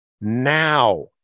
now